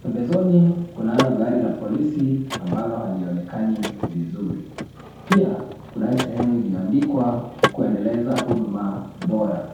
Pembezoni kunalo gari la polisi ambalo halionekani vizuri. Pia kunayo sehemu iliyoandikwa kuendeleza huduma bora.